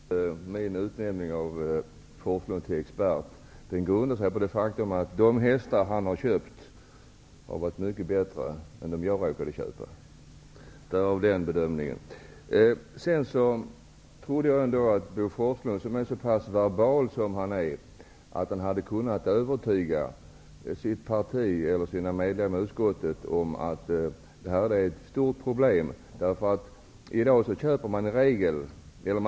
Herr talman! Att jag utnämnde Bo Forslund till expert grundas på det faktum att de hästar som han köpt har varit mycket bättre än dem jag kunnat köpa. Jag trodde att Bo Forslund, som är så pass verbal som han är, skulle kunna övertyga de sina i utskottet om att det här är fråga om ett stort problem.